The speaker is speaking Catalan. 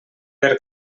per